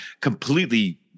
completely